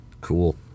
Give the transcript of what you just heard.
Cool